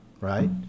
Right